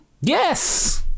Yes